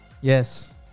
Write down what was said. Yes